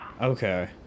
Okay